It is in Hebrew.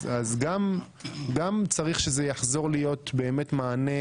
אז גם צריך שזה יחזור להיות באמת מענה